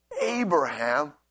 Abraham